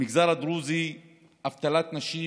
במגזר הדרוזי אבטלת נשים